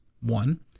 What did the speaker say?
One